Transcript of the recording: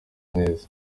neza